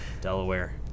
Delaware